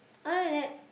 other than that